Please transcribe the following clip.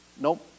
Nope